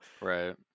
Right